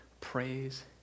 praise